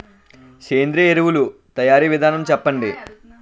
సేంద్రీయ ఎరువుల తయారీ విధానం చెప్పండి?